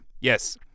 Yes